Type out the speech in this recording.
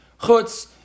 Chutz